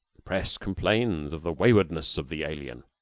the press complains of the waywardness of the alien.